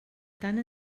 tant